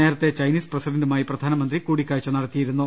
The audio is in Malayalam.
നേരത്തെ ചൈനീസ് പ്രസിഡന്റുമായി പ്രധാനമന്ത്രി കൂടിക്കാഴ്ച നടത്തിയിരുന്നു